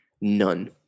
None